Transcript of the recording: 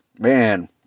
Man